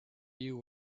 you